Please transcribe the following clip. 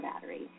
battery